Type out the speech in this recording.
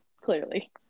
clearly